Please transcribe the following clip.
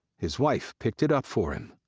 his wife picked it up for him.